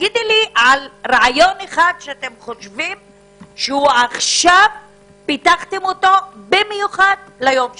תגידי לי רעיון אחד שעכשיו פיתחתם אותו במיוחד ליום שאחרי.